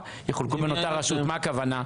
יחולקו בין אותה רשות למה הכוונה?